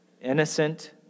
innocent